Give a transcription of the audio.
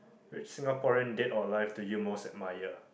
which Singaporean dead or alive do you most admire